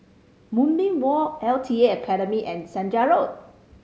Moonbeam Walk L T A Academy and Senja Road